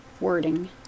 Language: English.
wording